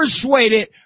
persuaded